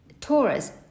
Taurus